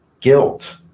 guilt